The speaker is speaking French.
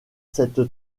cette